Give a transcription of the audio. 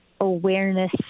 awareness